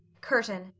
Curtain